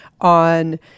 on